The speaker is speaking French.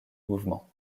mouvements